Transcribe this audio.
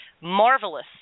marvelous